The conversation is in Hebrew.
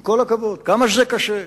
עם כל הכבוד, וכמה שזה קשה,